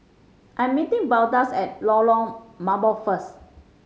I am meeting Veldas at Lorong Mambong first